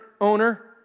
owner